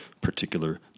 particular